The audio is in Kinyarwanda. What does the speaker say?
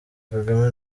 kagame